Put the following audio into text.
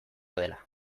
dela